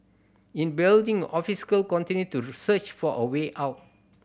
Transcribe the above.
in building continue to search for a way out